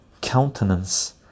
countenance